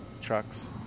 trucks